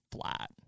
flat